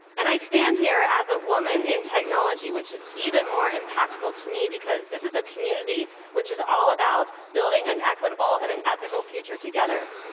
and i stand here as a woman in technology, which is even more impactful to me because this is a community which is all about building an equitable and ethical future together.